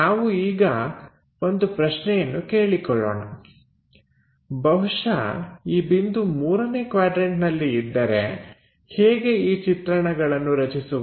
ನಾವು ಈಗ ಒಂದು ಪ್ರಶ್ನೆಯನ್ನು ಕೇಳಿಕೊಳ್ಳೋಣ ಬಹುಶಃ ಈ ಬಿಂದು ಮೂರನೇ ಕ್ವಾಡ್ರನ್ಟನಲ್ಲಿ ಇದ್ದರೆ ಹೇಗೆ ಈ ಚಿತ್ರಣಗಳನ್ನು ರಚಿಸುವುದು